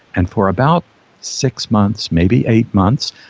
and for about six months, maybe eight months,